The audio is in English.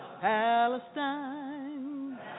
Palestine